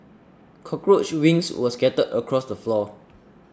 cockroach wings were scattered across the floor